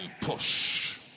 push